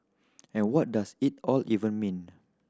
and what does it all even mean